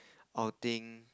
outing